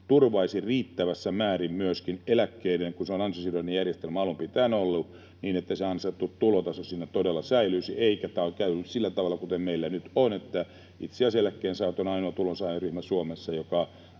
turvaisi riittävässä määrin myöskin eläkkeitä, kun se on ansiosidonnainen järjestelmä alun pitäen ollut, niin että ansaittu tulotaso siinä todella säilyisi eikä käy sillä tavalla, kuten meillä nyt on, että itse asiassa eläkkeensaajat on ainoa tulonsaajaryhmä Suomessa, jonka